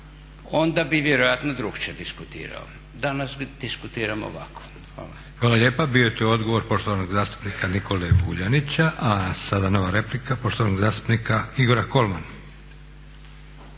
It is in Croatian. onda bi vjerojatno drukčije diskutirao, danas diskutiram ovako. Hvala. **Leko, Josip (SDP)** Hvala lijepa. Bio je to odgovor poštovanog zastupnika Nikole Vuljanića. A sada nova replika poštovanog zastupnika Igora Kolmana.